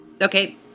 Okay